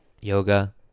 yoga